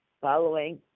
following